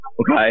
Okay